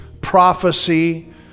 prophecy